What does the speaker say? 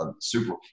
super –